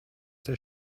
der